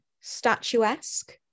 statuesque